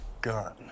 gun